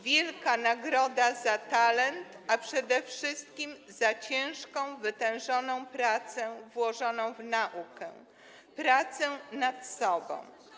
Wielka nagroda za talent, a przede wszystkim za ciężką, wytężoną pracę włożoną w naukę, pracę nad sobą.